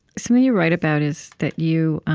something you write about is that you